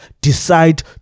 decide